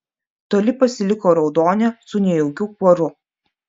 toli pasiliko raudonė su nejaukiu kuoru